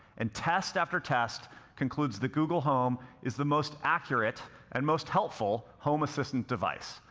and test after test concludes that google home is the most accurate and most helpful home assistant device.